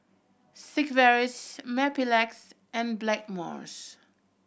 Sigvaris Mepilex and Blackmores